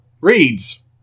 reads